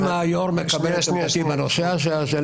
אם היושב-ראש מקבל את עמדתי בנושא הזה,